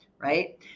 right